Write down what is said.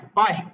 bye